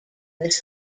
this